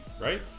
right